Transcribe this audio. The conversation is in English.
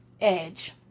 Edge